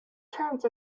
terms